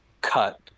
Cut